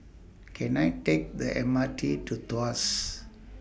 Can I Take The M R T to Tuas